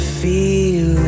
feel